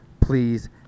please